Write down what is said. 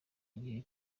igihe